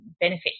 benefit